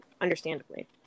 understandably